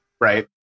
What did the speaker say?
right